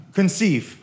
conceive